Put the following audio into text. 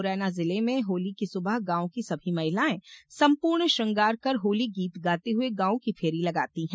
मुरैना जिले में होली की सुबह गांव की सभी महिलाएं संपूर्ण श्रृंगार कर होली गीत गाते हुए गांव की फेरी लगाती है